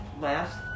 last